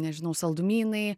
nežinau saldumynai